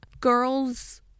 girls